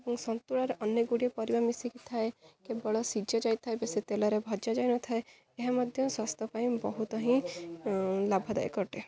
ଏବଂ ସନ୍ତୁଳାରେ ଅନେକ ଗୁଡ଼ିଏ ପରିବା ମିଶିକି ଥାଏ କେବଳ ସିଝା ଯାଇଥାଏ ବେଶୀ ତେଲରେ ଭଜା ଯାଇନଥାଏ ଏହା ମଧ୍ୟ ସ୍ୱାସ୍ଥ୍ୟ ପାଇଁ ବହୁତ ହିଁ ଲାଭଦାୟକ ଅଟେ